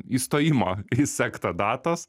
įstojimo į sektą datos